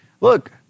look